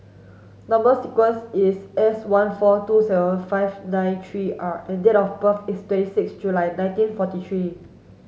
number sequence is S one four two seven five nine three R and date of birth is twenty six July nineteen forty three